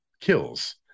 Kills